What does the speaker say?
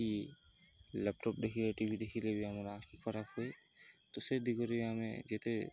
କି ଲ୍ୟାପଟପ୍ ଦେଖିଲେ T V ଦେଖିଲେ ବି ଆମର ଆଖି ଖରାପ ହୁଏ ତ ସେ ଦିଗରେ ଆମେ ଯେତେ